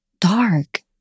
dark